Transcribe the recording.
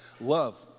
Love